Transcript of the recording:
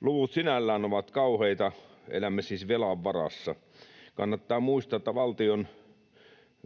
Luvut sinällään ovat kauheita, elämme siis velan varassa. Kannattaa muistaa, että valtion